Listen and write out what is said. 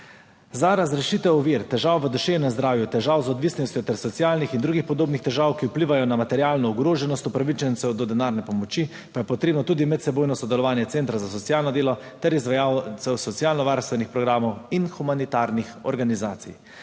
Za razrešitev ovir, težav v duševnem zdravju, težav z odvisnostjo ter socialnih in drugih podobnih težav, ki vplivajo na materialno ogroženost upravičencev do denarne pomoči, pa je potrebno tudi medsebojno sodelovanje centrov za socialno delo ter izvajalcev socialnovarstvenih programov in humanitarnih organizacij.